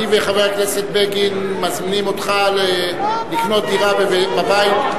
אני וחבר הכנסת בגין מזמינים אותך לקנות דירה בבית,